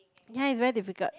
ya is very difficult